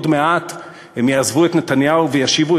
עוד מעט הם יעזבו את נתניהו וישיבו